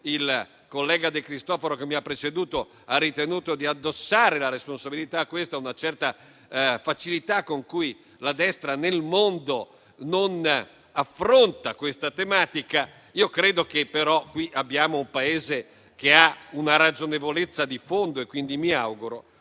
Il senatore De Cristofaro, che mi ha preceduto, ha ritenuto di addossare la responsabilità a una certa facilità con cui la destra nel mondo non affronta questa tematica. Credo, però, che il nostro sia un Paese che ha una ragionevolezza di fondo e quindi mi auguro